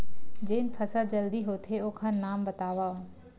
जेन फसल जल्दी होथे ओखर नाम बतावव?